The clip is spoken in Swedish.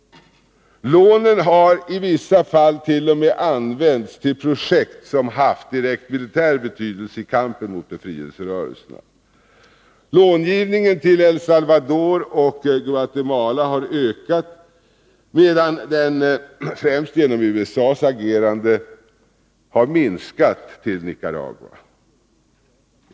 Lånen har ii vissa fallt.o.m. använts till projekt som Långivningen till El Salvador och Guatemala har ökat, medan den, främst Måndagen den genom USA:s agerande, har minskat när det gäller Nicaragua.